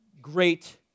great